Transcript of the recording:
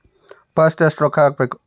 First ಎಷ್ಟು ರೊಕ್ಕ ಹಾಕಬೇಕು?